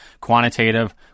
Quantitative